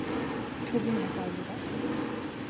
ᱪᱷᱚᱵᱤᱧ ᱦᱟᱛᱟᱣ ᱞᱮᱫᱟ